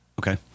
Okay